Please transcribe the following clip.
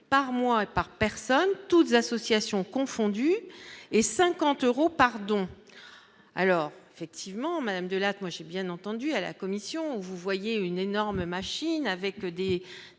par mois et par personne, toutes associations confondues et 50 euros pardon alors effectivement, même de la moi j'ai bien entendu à la Commission, vous voyez une énorme machine, avec des